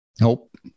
Nope